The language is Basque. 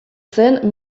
zen